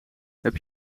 heb